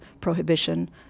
prohibition